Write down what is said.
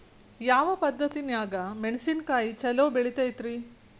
ಯಾವ ಪದ್ಧತಿನ್ಯಾಗ ಮೆಣಿಸಿನಕಾಯಿ ಛಲೋ ಬೆಳಿತೈತ್ರೇ?